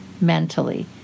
mentally